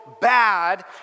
bad